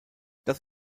das